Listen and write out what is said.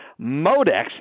Modex